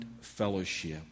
fellowship